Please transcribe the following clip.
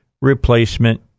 replacement